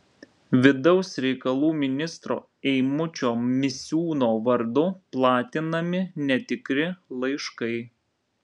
vidaus reikalų ministro eimučio misiūno vardu platinami netikri laiškai